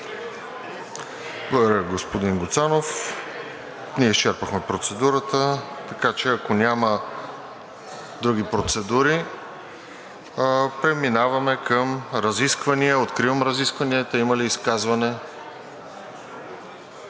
Благодаря, господин Гуцанов. Ние изчерпахме процедурата, така че ако няма други процедури, преминаваме към разисквания. Откривам разискванията. Има ли изказвания